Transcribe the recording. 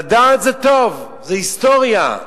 לדעת זה טוב, זו היסטוריה.